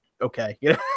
okay